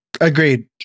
agreed